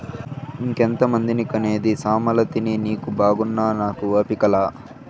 ఇంకెంతమందిని కనేది సామలతిని నీకు బాగున్నా నాకు ఓపిక లా